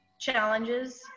challenges